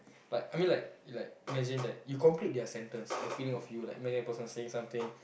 but I mean like like imagine that you complete their sentence the feeling of you like imagine a person saying something